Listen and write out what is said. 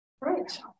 right